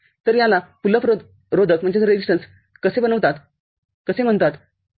तर याला pull up रोधक असेही म्हणतातठीक आहे